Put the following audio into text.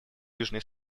южный